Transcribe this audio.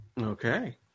okay